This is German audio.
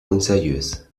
unseriös